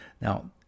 Now